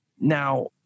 now